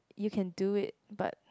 you can do it but